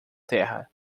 terra